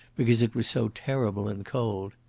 because it was so terrible and cold.